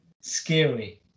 Scary